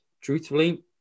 truthfully